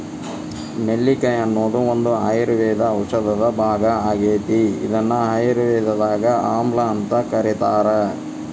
ನೆಲ್ಲಿಕಾಯಿ ಅನ್ನೋದು ಒಂದು ಆಯುರ್ವೇದ ಔಷಧದ ಭಾಗ ಆಗೇತಿ, ಇದನ್ನ ಆಯುರ್ವೇದದಾಗ ಆಮ್ಲಾಅಂತ ಕರೇತಾರ